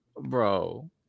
bro